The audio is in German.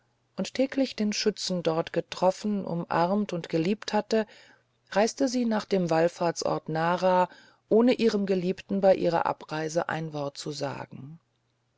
und täglich den schützen dort getroffen umarmt und geliebt hatte reiste sie nach dem wallfahrtsort nara ohne ihrem geliebten bei ihrer abreise ein wort zu sagen